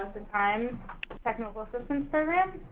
the time technical assistance so